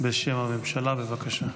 בשם הממשלה, בבקשה.